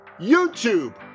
YouTube